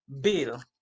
Bill